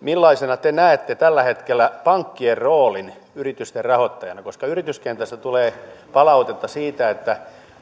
millaisena te näette tällä hetkellä pankkien roolin yritysten rahoittajana koska yrityskentästä tulee palautetta siitä että